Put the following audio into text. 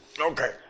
Okay